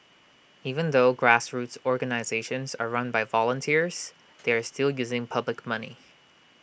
even though grassroots organisations are run by volunteers they are still using public money